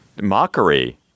Mockery